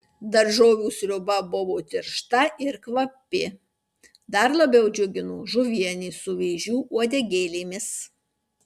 daržovių sriuba buvo tiršta ir kvapi dar labiau džiugino žuvienė su vėžių uodegėlėmis